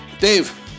Dave